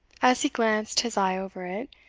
as he glanced his eye over it,